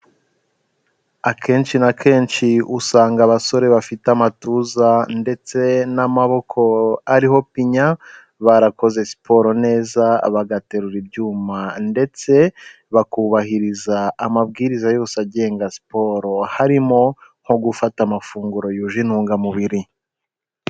Akenshi na kenshi usanga abasore bafite amatuza ndetse n'amaboko ariho pinya barakoze siporo neza, bagaterura ibyuma ndetse bakubahiriza amabwiriza yose agenga siporo, harimo nko gufata amafunguro yuje intungamubiri.